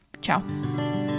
Ciao